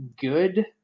good